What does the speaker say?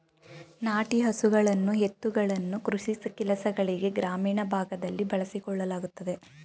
ನಾಟಿ ಹಸುಗಳನ್ನು ಎತ್ತುಗಳನ್ನು ಕೃಷಿ ಕೆಲಸಗಳಿಗೆ ಗ್ರಾಮೀಣ ಭಾಗದಲ್ಲಿ ಬಳಸಿಕೊಳ್ಳಲಾಗುತ್ತದೆ